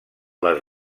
les